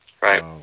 right